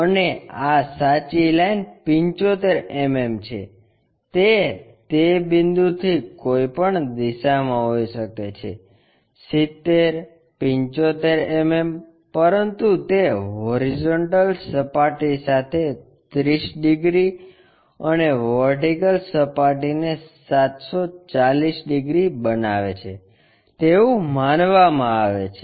અને આ સાચી લાઇન 75 mm છે તે તે બિંદુથી કોઈ પણ દિશામાં હોઈ શકે છે 70 75 mm પરંતુ તે હોરિઝોન્ટલ સપાટી સાથે 30 ડિગ્રી અને વર્ટિકલ સપાટીને 740 ડિગ્રી બનાવે છે તેવું માનવામાં આવે છે